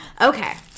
Okay